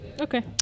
okay